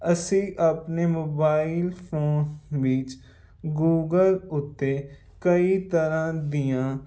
ਅਸੀਂ ਆਪਣੇ mobile phone ਵਿੱਚ ਗੂਗਲ ਉੱਤੇ ਕਈ ਤਰ੍ਹਾਂ ਦੀਆਂ